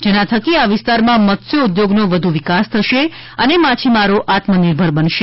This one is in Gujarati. જેના થકી આ વિસ્તારમાં મત્સ્યોદ્યોગનો વધુ વિકાસ થશે અને માછીમારો આત્મનિર્ભર બનશે